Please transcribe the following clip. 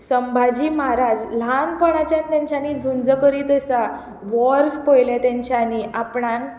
संभाजी महाराज ल्हानपणाच्यान तेंच्यानी झूंज करीत आसा वॉर्ज पयले तेंच्यानी आपणान